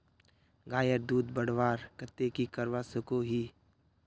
गायेर दूध बढ़वार केते की करवा सकोहो ही?